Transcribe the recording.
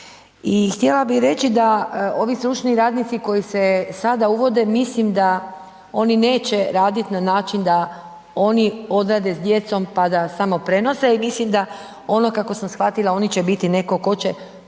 i htjela bi reći da ovi stručni radnici koji se sada uvode mislim da oni neće radit na način da oni odrade s djecom, pa da samo prenose i mislim da ono kako sam shvatila oni će biti neko ko će omogućavati